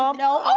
um no ah